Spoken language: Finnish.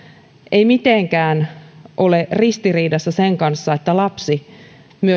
ei mitenkään ole ristiriidassa sen kanssa että lapsi